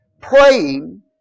praying